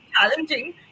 challenging